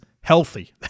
healthy